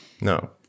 No